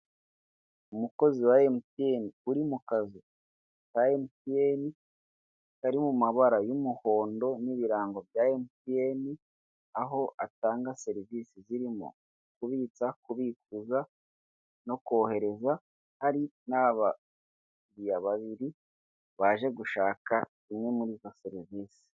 Umukozi wa MTN uri mu kazu MTN kari mu mabara y'umuhondo n'ibirango bya MTN, aho atanga serivisi zirimo kubitsa, kubikuza no kohereza, hari n' abakiriya babiri baje gushaka imwe muri izo serivisi.